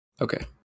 Okay